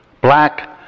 black